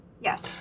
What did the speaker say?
Yes